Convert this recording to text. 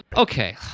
Okay